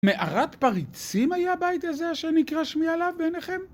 מערת פריצים היה הבית הזה שנקרא שמי עליו עליו בעיניכם?